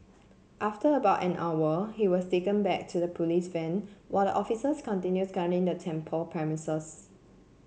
after about an hour he was taken back to the police van while the officers continued scouring the temple premises